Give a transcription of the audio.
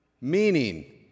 Meaning